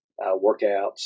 workouts